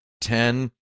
ten